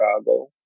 chicago